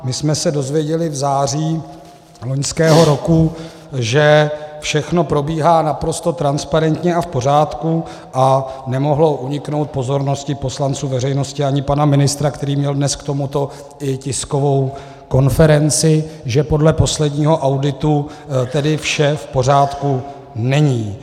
My jsme se dozvěděli v září loňského roku, že všechno probíhá naprosto transparentně a v pořádku, a nemohlo uniknout pozornosti poslanců, veřejnosti ani pana ministra, který měl dnes k tomuto i tiskovou konferenci, že podle posledního auditu tedy vše v pořádku není.